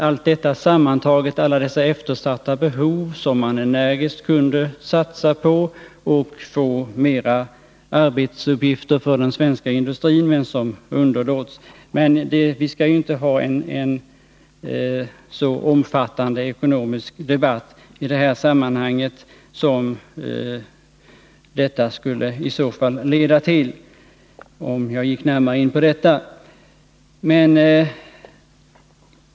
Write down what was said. Alla dessa eftersatta behov sammantagna kunde man energiskt satsa på och få mera arbetsuppgifter för den svenska industrin — men det underlåts. Men vi skallinte ha en så omfattande ekonomisk debatt i det här sammanhanget som det skulle leda till om jag gick närmare in på detta.